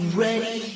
ready